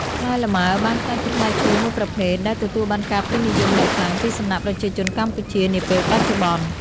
ផ្លែលម៉ើបានក្លាយជាផ្លែឈើមួយប្រភេទដែលទទួលបានការពេញនិយមយ៉ាងខ្លាំងពីសំណាក់ប្រជាជនកម្ពុជានាពេលបច្ចុប្បន្ន។